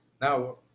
Now